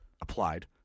applied